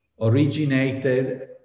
originated